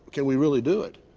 can we really do it?